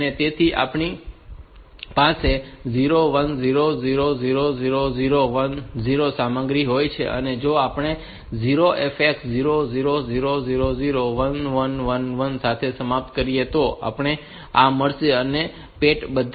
તેથી આપણી પાસે 0 1 0 0 0 0 0 1 0 સામગ્રી હોય છે અને જો આપણે 0 FX 0 0 0 0 0 1 1 1 1 સાથે સમાપ્ત કરીએ તો આપણને આ મળશે અને pat બધા શૂન્ય બની જશે